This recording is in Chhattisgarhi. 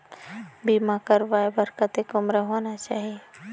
बीमा करवाय बार कतेक उम्र होना चाही?